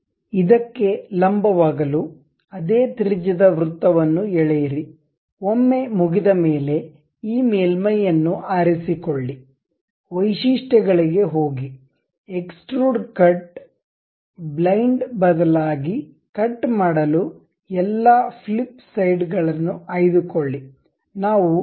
ಇದಕ್ಕೆ ಲಂಬವಾಗಲು ಅದೇ ತ್ರಿಜ್ಯದ ವೃತ್ತವನ್ನು ಎಳೆಯಿರಿ ಒಮ್ಮೆ ಮುಗಿದಮೇಲೆ ಈ ಮೇಲ್ಮೈಯನ್ನು ಆರಿಸಿಕೊಳ್ಳಿ ವೈಶಿಷ್ಟ್ಯಗಳಿಗೆ ಹೋಗಿ ಎಕ್ಸ್ಟ್ರುಡ್ ಕಟ್ ಬ್ಲೈಂಡ್ ಬದಲಾಗಿ ಕಟ್ ಮಾಡಲು ಎಲ್ಲಾ ಫ್ಲಿಪ್ ಸೈಡ್ ಗಳನ್ನು ಆಯ್ದುಕೊಳ್ಳಿ